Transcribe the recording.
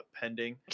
Pending